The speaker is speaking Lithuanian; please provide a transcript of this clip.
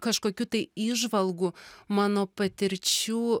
kažkokių tai įžvalgų mano patirčių